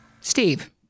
steve